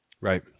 Right